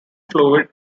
fluid